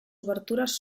obertures